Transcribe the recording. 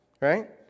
right